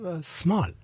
small